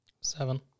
Seven